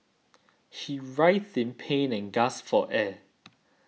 he writhed in pain and gasped for air